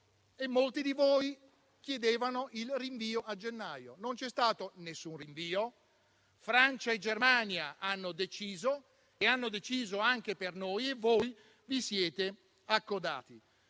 molti di voi chiedevano il rinvio a gennaio. Non c'è stato alcun rinvio, Francia e Germania hanno deciso anche per noi e voi vi siete accodati.